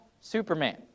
Superman